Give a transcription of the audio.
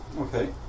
Okay